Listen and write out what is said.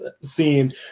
scene